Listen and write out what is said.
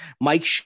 Mike